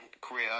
career